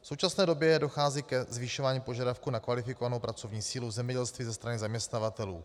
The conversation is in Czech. V současné době dochází ke zvyšování požadavků na kvalifikovanou pracovní sílu v zemědělství ze strany zaměstnavatelů.